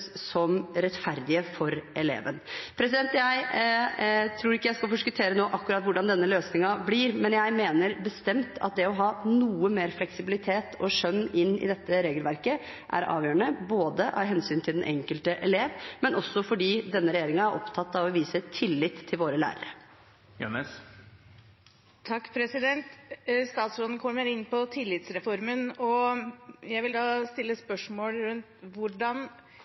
som rettferdige for eleven. Jeg tror ikke jeg nå skal forskuttere akkurat hvordan denne løsningen blir, men jeg mener bestemt at det å ha noe mer fleksibilitet og skjønn inn i dette regelverket, er avgjørende både av hensyn til den enkelte elev og fordi denne regjeringen er opptatt av å vise tillit til våre lærere. Statsråden kommer inn på tillitsreformen, og jeg vil da stille et spørsmål: Hvordan